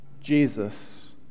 Jesus